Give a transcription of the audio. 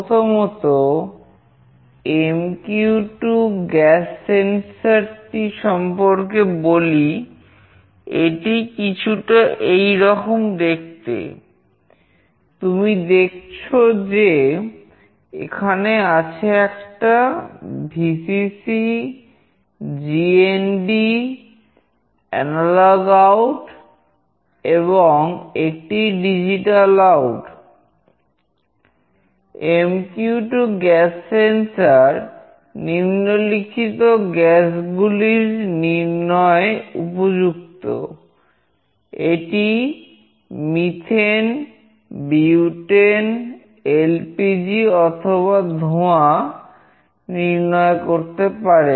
প্রথমতMQ2 gas sensor অথবা ধোঁয়া নির্ণয় করতে পারে